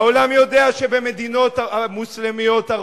העולם יודע שבמדינות המוסלמיות,